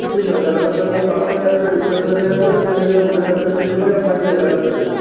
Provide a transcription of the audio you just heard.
ঠিক আছে আমি তাহলে পাশে একটা ডিসপেন্সারি আছে ওইখানে গিয়ে আমি প্রেশারটা চেক করেই আপনাকে জানাচ্ছি